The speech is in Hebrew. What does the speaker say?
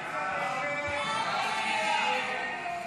הסתייגות 42